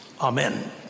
Amen